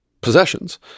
possessions